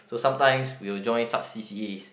so sometimes we will join such C_c_As